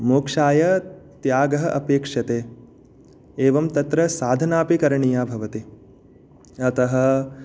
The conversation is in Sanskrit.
मोक्षाय त्यागः अपेक्ष्यते एवं तत्र साधना अपि करणीया भवति अतः